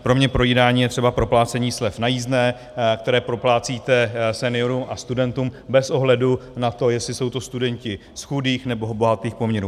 Pro mě projídání je třeba proplácení slev na jízdném, které proplácíte seniorům a studentům bez ohledu na to, jestli jsou to studenti z chudých, nebo bohatých poměrů.